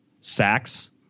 sacks